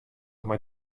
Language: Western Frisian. mei